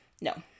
No